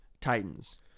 Titans